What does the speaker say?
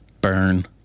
burn